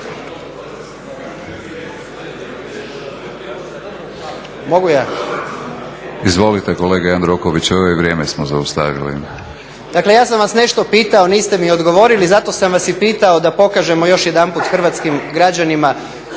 Izvolite kolega Jandroković evo i vrijeme smo zaustavili. **Jandroković, Gordan (HDZ)** Dakle ja sam vas nešto pitao niste mi odgovorili zato sam vas i pitao da pokažemo još jedanput hrvatskim građanima